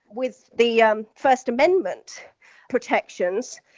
with the um first amendment protections,